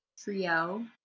trio